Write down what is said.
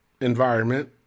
environment